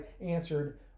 answered